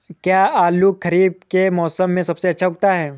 क्या आलू खरीफ के मौसम में सबसे अच्छा उगता है?